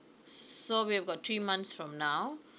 so we have got three months from now